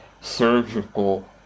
surgical